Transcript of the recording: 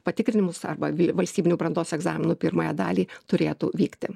patikrinimus arba valstybinių brandos egzaminų pirmąją dalį turėtų vykti